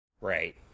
right